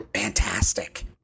fantastic